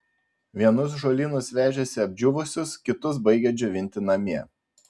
vienus žolynus vežėsi apdžiūvusius kitus baigė džiovinti namie